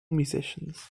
musicians